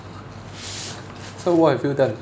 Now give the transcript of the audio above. so what have you done